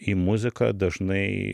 į muziką dažnai